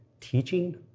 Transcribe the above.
teaching